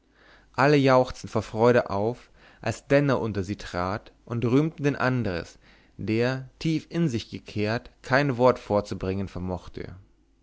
alle jauchzten vor freude auf als denner unter sie trat und rühmten den andres der tief in sich gekehrt kein wort vorzubringen vermochte